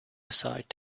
aside